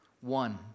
One